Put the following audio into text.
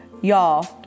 Y'all